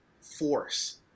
force